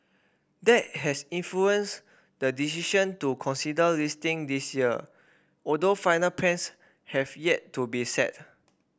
that has influenced the decision to consider listing this year although final plans have yet to be set